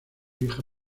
hija